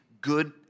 good